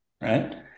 right